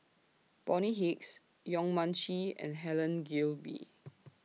Bonny Hicks Yong Mun Chee and Helen Gilbey